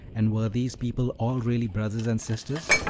and were these people all really brothers and sisters?